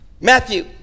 Matthew